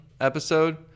episode